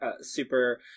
super